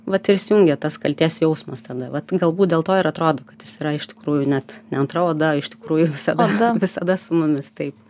vat ir įsijungia tas kaltės jausmas tada vat galbūt dėl to ir atrodo kad jis yra iš tikrųjų net ne antra oda iš tikrųjų visada visada su mumis taip